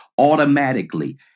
automatically